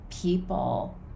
people